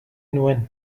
nuen